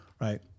right